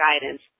guidance